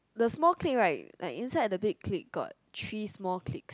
the clip right like inside the big clip got three small clips